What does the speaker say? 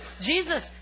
Jesus